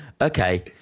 Okay